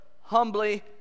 humbly